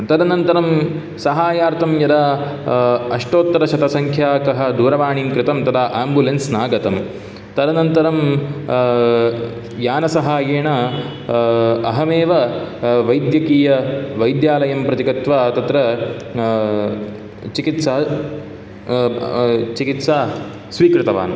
तदनन्तरं सहायार्थं यदा अष्टोत्तरशतसंख्याकः दूरवाणीं कृतं तदा आम्बुलेन्स् नागतम् तदनन्तरं यानसहायेण अहमेव वैद्यकीय वैद्यालयं प्रति गत्वा तत्र चिकित्सा चिकित्सा स्वीकृतवान्